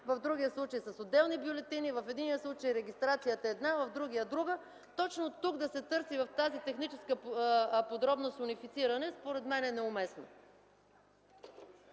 в другия случай с отделни бюлетини – в единия случай регистрацията е една, в другия – друга. Точно тук да се търси в тази техническа подробности унифициране, според мен е неуместно.